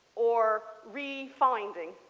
or refineding.